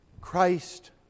Christ